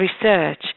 research